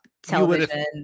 television